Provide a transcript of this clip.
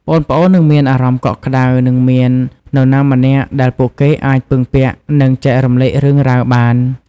ប្អូនៗនឹងមានអារម្មណ៍កក់ក្ដៅ និងមាននរណាម្នាក់ដែលពួកគេអាចពឹងពាក់ និងចែករំលែករឿងរ៉ាវបាន ។